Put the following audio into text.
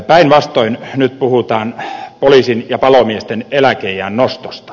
päinvastoin nyt puhutaan poliisien ja palomiesten eläkeiän nostosta